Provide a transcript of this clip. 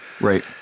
Right